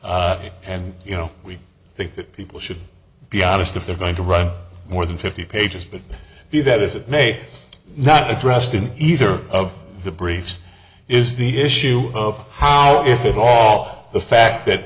and you know we think that people should be honest if they're going to write more than fifty pages but be that as it may not addressed in either of the briefs is the issue of how if at all the fact that